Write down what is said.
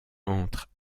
entre